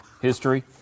history